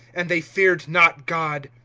and they feared not god.